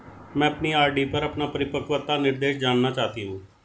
मैं अपनी आर.डी पर अपना परिपक्वता निर्देश जानना चाहती हूँ